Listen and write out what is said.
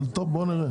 אבל בואו נראה.